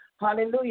Hallelujah